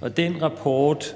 og den rapport